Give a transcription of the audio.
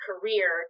career